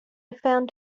found